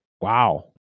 Wow